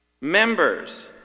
members